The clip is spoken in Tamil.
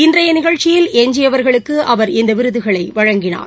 இன்றையநிகழ்ச்சியில் எஞ்சியவர்களுக்குஅவர் இந்தவிருதுகளைவழங்கினார்